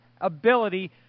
ability